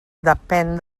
depén